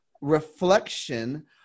reflection